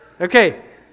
okay